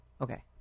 Okay